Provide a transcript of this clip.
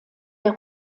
der